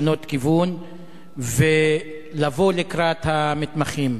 לשנות כיוון ולבוא לקראת המתמחים.